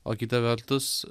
o kita vertus